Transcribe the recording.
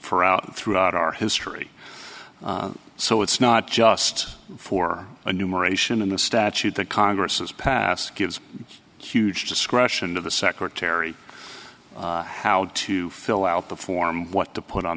for out throughout our history so it's not just for a numeration in the statute that congress has passed gives huge discretion to the secretary how to fill out the form what to put on